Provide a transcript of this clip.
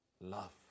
Love